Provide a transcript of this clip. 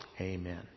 Amen